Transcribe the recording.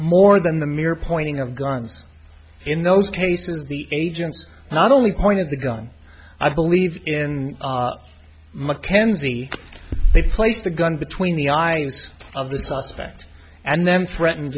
more than the mere pointing of guns in those cases the agents not only pointed the gun i believe in mckenzie they placed the gun between the items of the suspect and then threatened